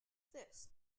this